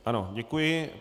Ano, děkuji.